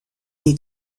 die